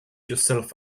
yourself